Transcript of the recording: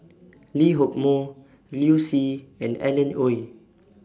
Lee Hock Moh Liu Si and Alan Oei